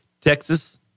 Texas